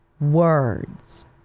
words